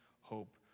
hope